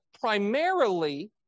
primarily